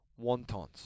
wontons